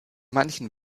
manchen